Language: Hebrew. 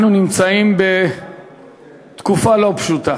אנחנו נמצאים בתקופה לא פשוטה.